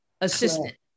assistant